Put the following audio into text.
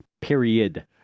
period